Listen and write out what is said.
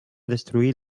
destruir